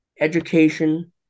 Education